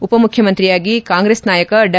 ಉಪಮುಖ್ಯಮಂತ್ರಿಯಾಗಿ ಕಾಂಗ್ರೆಸ್ ನಾಯಕ ಡಾ